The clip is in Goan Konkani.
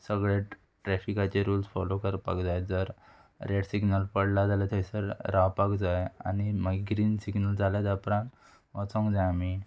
सगळे ट्रेफिकाचे रुल्स फोलो करपाक जाय जर रेड सिग्नल पडला जाल्यार थंयसर रावपाक जाय आनी मागीर ग्रीन सिग्नल जाले उपरान वचोंक जाय आमी